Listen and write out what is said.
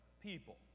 people